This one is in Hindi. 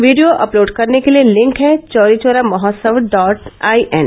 वीडियो अपलोड करने के लिए लिंक है चौरी चौरा महोत्सव डॉट आईएन